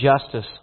justice